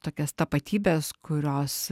tokias tapatybes kurios